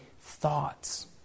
thoughts